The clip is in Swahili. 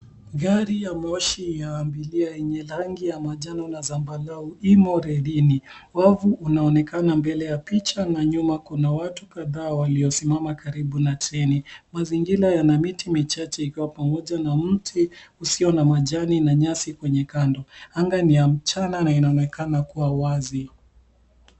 Gari ya Moshi ya abiria yenye rangi ya manjano na sambatao imo redini, wafu unaoneka mbele ya picha na nyuma kuna watu kadhaa waliosimama karibu na treni, mazingira yana miti machache ikiwa pamoja na mti usio na majani nyasi kwenye kando anga ni ya mchana na inaonekana kuwa wazi.